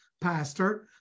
pastor